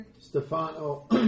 Stefano